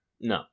No